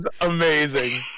amazing